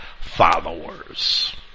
followers